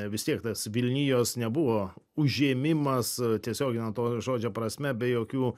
vis tiek tas vilnijos nebuvo užėmimas tiesiogine to žodžio prasme be jokių